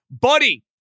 Buddy